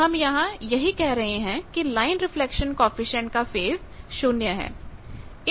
तो हम यहां यही कह रहे हैं कि लाइन रिफ्लेक्शन कॉएफिशिएंट का फेज 0 है